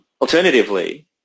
alternatively